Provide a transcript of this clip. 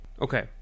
Okay